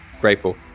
grateful